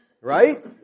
Right